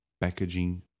packaging